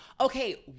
okay